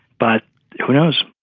but who knows?